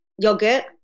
yogurt